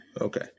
okay